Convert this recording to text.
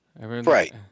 right